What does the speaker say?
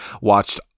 watched